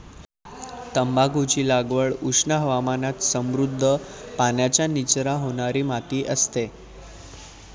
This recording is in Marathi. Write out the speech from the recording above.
तंबाखूची लागवड उष्ण हवामानात समृद्ध, पाण्याचा निचरा होणारी माती असते